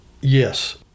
Yes